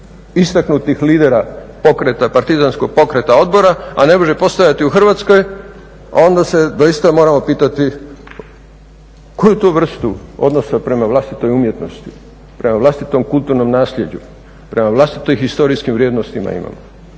istaknutih lidera partizanskog pokreta odbora, a ne može postojati u Hrvatskoj onda se doista moramo pitati koju to vrstu odnosa prema vlastitoj umjetnosti, prema vlastitom kulturnom naslijeđu, prema vlastitim historijskim vrijednostima imamo.